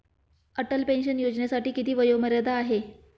Atal pension योजनेसाठी किती वयोमर्यादा आहे?